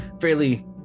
fairly